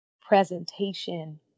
presentation